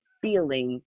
feeling